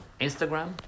Instagram